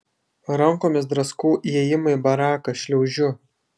rankomis draskau įėjimą į baraką šliaužiu